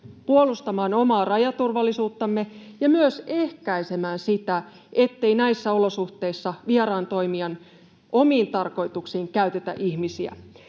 puolustamaan omaa rajaturvallisuuttamme ja myös ehkäisemään sitä, että näissä olosuhteissa vieraan toimijan omiin tarkoituksiin käytetään ihmisiä.